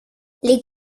les